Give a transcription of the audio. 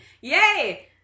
Yay